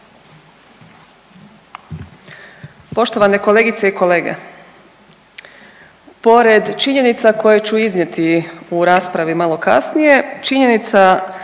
Poštovane kolegice i kolege, pored činjenica koje ću iznijeti u raspravi malo kasnije, činjenica